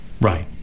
Right